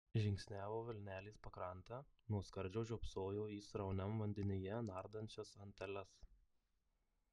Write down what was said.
žingsniavo vilnelės pakrante nuo skardžio žiopsojo į srauniam vandenyje nardančias anteles